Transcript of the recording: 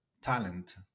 talent